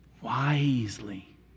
wisely